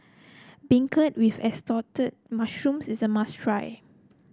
beancurd with Assorted Mushrooms is a must try